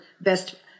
best